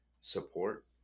support